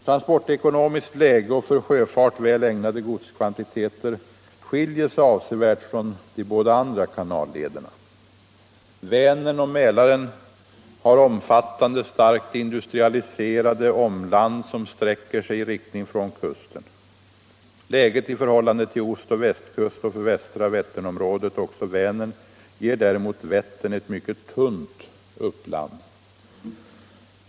Transportekonomiskt läge och för sjöfart väl ägnade godskvantiteter skiljer sig avsevärt från de båda andra kanallederna. Vänern och Mälaren har omfattande, starkt industrialiserade omland som sträcker sig i riktning från kusten. Läget i förhållande till ostoch västkust och för västra Vätternområdet också Vänern ger däremot Vättern ett mycket tunt uppland.